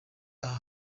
aha